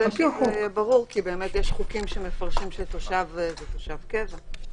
יש חוקים שמפרשים תושב קבע.